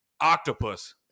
Octopus